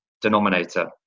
denominator